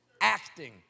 acting